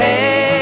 Hey